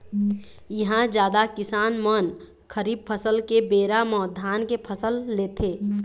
इहां जादा किसान मन खरीफ फसल के बेरा म धान के फसल लेथे